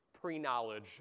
pre-knowledge